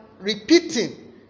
repeating